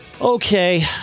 Okay